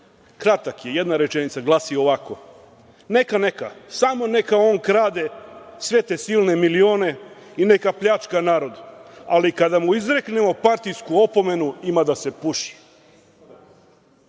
kratak je, jedna rečenica. Glasi ovako:“Neka, neka, samo neka on krade sve te silne milione i neka pljačka narod, ali kada mu izreknemo partijsku opomenu ima da se puši“.